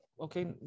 okay